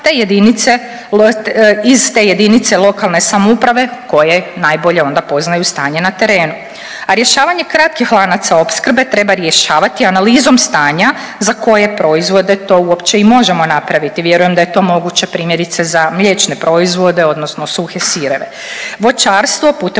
iz te jedinice lokalne samouprave koje najbolje onda poznaju stanje na terenu. A rješavanje kratkih lanaca opskrbe treba rješavati analizom stanja za koje proizvode to uopće i možemo napraviti. Vjerujem da je to moguće primjerice za mliječne proizvode odnosno suhe sireve. Voćarstvo putem